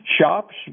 shops